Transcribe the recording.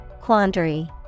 Quandary